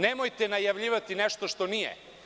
Nemojte najavljivati nešto što nije.